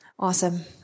Awesome